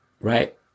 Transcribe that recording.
Right